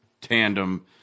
tandem